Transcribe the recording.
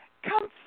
Come